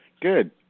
Good